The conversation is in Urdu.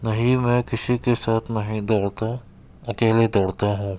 نہیں میں کسی کے ساتھ نہیں دوڑتا اکیلے دوڑتا ہوں